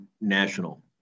national